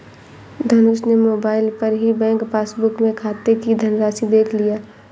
धनुष ने मोबाइल पर ही बैंक पासबुक में खाते की धनराशि देख लिया